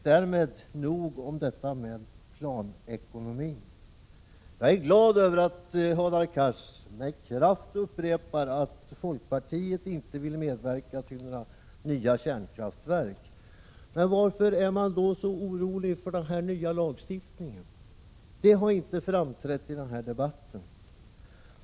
Därmed nog om detta med planekonomi. Jag är glad över att Hadar Cars med kraft upprepar att folkpartiet inte vill medverka till några nya kärnkraftverk. Men varför är man då så orolig för denna nya lagstiftning? Det har inte framkommit i den här debatten.